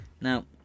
Now